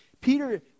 peter